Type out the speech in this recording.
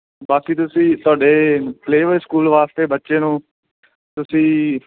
ਬਾਕੀ ਤੁਸੀਂ ਸਾਡੇ ਪਲੇ ਵੇ ਸਕੂਲ ਵਾਸਤੇ ਬੱਚੇ ਨੂੰ ਤੁਸੀਂ